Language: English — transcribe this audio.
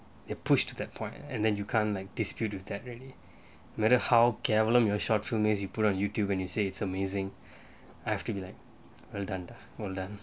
they push to that point and then you can't like dispute with that really matter how cavalier your short film you put on YouTube when you say it's amazing I have to be like well done well done